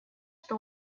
что